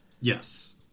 Yes